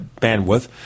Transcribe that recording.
bandwidth